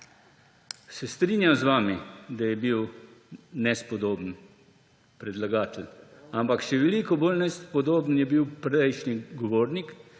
Se strinjam z vami, da je bil nespodoben predlagatelj, ampak še veliko bolj nespodoben je bil prejšnji govornik,